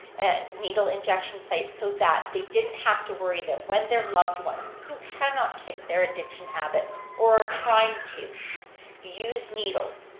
and needle injection site so that they didn't have to worry that when their loved ones who cannot keep their addiction habit or are trying to use needles,